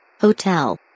Hotel